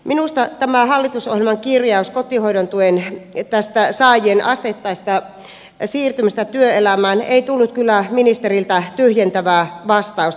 minusta tähän hallitusohjelman kirjaukseen kotihoidon tuen saajien asteittaisesta siirtymisestä työelämään ei tullut kyllä ministeriltä tyhjentävää vastausta